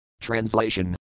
Translation